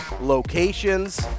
locations